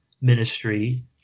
ministry